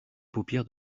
paupières